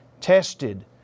tested